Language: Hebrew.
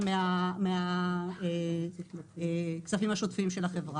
אותם מהכספים השוטפים של החברה,